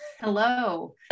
Hello